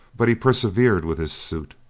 but he persevered with his suit,